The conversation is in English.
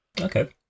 Okay